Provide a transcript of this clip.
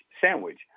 sandwich